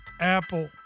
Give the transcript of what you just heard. Apple